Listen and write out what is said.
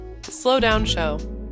slowdownshow